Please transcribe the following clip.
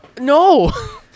no